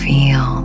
Feel